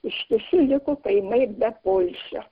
ištisi liko kaimai be poilsio